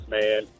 man